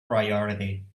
priority